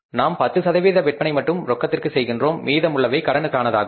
நாம் 10 சதவீத விற்பனை மட்டும் ரொக்கத்திற்கு செய்கின்றோம் மீதமுள்ளவை கடனுக்கானதாகும்